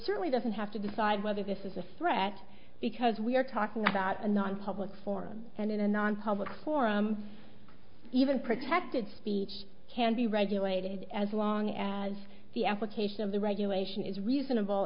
certainly doesn't have to decide whether this is a threat because we are talking about a nonpublic forum and in a nonpublic forum even protected speech can be regulated as long as the application of the regulation is reasonable